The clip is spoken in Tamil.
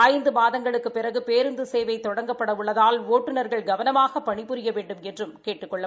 ஐந்து மாதங்களுக்குப் பிறகு பேருந்து சேவை தொடங்கப்பட உள்ளதால் ஒட்டுநர்கள் கவனமாக பணி புரிய வேண்டுமென்றும் கேட்டுக் கொண்டுள்ளது